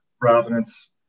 Providence